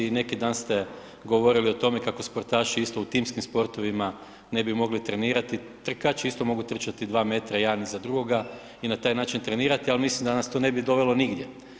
I neki dan ste govorili o tome kako sportaši isto u timskim sportovima ne bi mogli trenirati, trkači isto mogu trčati 2 metra jedan iza drugoga i na taj način trenirati, al mislim da nas to ne bi dovelo nigdje.